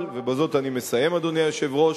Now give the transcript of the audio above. אבל, ובזאת אני מסיים, אדוני היושב-ראש,